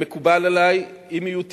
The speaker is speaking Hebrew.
מקובל עלי, אם יהיו תיקונים,